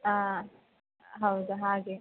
ಹಾಂ ಹೌದು ಹಾಗೆ